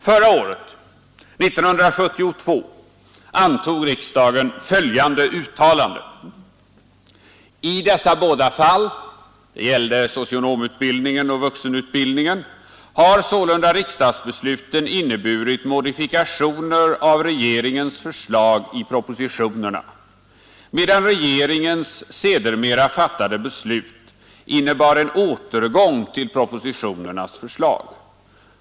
Förra året — 1972 — antog riksdagen följande uttalande: ”I dessa båda fall ”— det gällde socionomutbildningen och vuxenutbildningen —” har sålunda riksdagsbesluten inneburit modifikationer av regeringens förslag i propositionerna, medan regeringens sedermera fattade beslut innebar en återgång till propositionernas förslag.